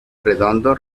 redondo